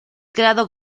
creado